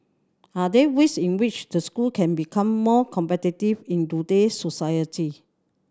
are there ways in which the school can become more competitive in today's society